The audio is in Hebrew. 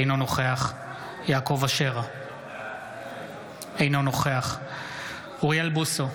אינו נוכח יעקב אשר, אינו נוכח אוריאל בוסו,